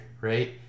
right